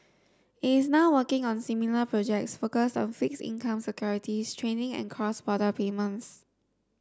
it is now working on similar projects focused on fixed income securities trading and cross border payments